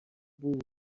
بود